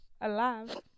alive